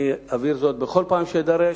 אני אבהיר זאת בכל פעם שאדרש: